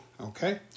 Okay